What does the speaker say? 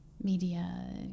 media